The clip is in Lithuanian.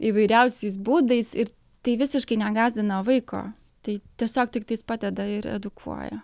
įvairiausiais būdais ir tai visiškai negąsdina vaiko tai tiesiog tiktais padeda ir edukuoja